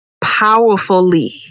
powerfully